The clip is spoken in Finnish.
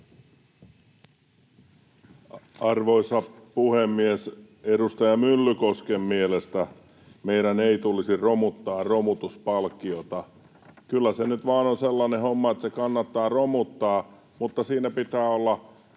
Arvoisa puhemies! Edustaja Myllykosken mielestä meidän ei tulisi romuttaa romutuspalkkiota. Kyllä se nyt vain on sellainen homma, että se kannattaa romuttaa, mutta siinä pitää olla